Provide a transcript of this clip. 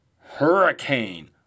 Hurricane